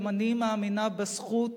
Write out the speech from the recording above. גם אני מאמינה בזכות